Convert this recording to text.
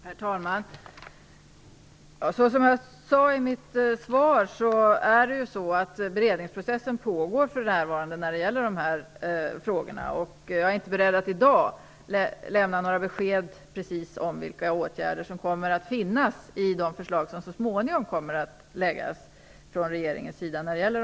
Herr talman! Som jag sade i mitt interpellationssvar pågår beredningsprocessen med dessa frågor för närvarande. Jag är inte beredd att i dag lämna några besked om exakt vilka åtgärder regeringens förslag, som så småningom kommer att läggas fram, kommer att innehålla.